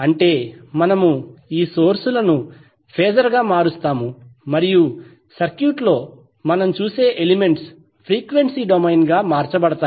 అంటే మనము ఈ సోర్స్ లను ఫేజర్గా మారుస్తాము మరియు సర్క్యూట్లో మనం చూసే ఎలిమెంట్స్ ఫ్రీక్వెన్సీ డొమైన్గా మార్చబడతాయి